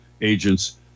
agents